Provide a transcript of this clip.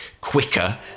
quicker